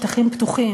שטחים פתוחים,